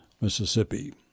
Mississippi